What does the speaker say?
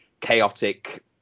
chaotic